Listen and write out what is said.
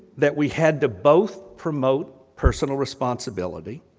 that we had to both promote personal responsibility,